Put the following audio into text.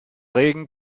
regen